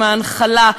עם ההנחלה.